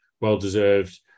well-deserved